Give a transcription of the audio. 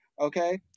Okay